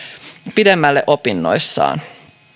pidemmälle opinnoissaan